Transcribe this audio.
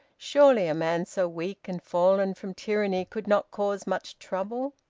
surely a man so weak and fallen from tyranny could not cause much trouble!